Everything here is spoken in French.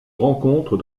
rencontre